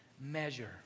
measure